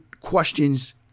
questions